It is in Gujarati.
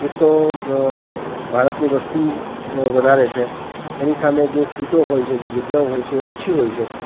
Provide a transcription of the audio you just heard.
એક તો ભારતની વસ્તી વધારે છે એની સામે જે સીટો હોય છે જે જગ્યાઓ હોય છે એ ઓછી હોય છે